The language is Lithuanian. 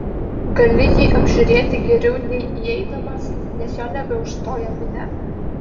gali jį apžiūrėti geriau nei įeidamas nes jo nebeužstoja minia